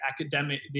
academic